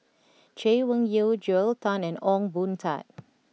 Chay Weng Yew Joel Tan and Ong Boon Tat